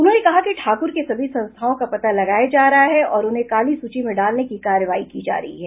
उन्होंने कहा कि ठाकुर के सभी संस्थाओं का पता लगाया जा रहा है और उन्हें काली सूची में डालने की कार्रवाई की जा रही है